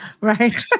Right